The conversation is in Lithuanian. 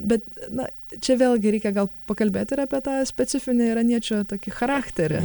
bet na čia vėlgi reikia gal pakalbėt ir apie tą specifinį iraniečių tokį charachterį